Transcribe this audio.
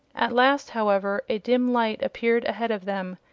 at last, however, a dim light appeared ahead of them,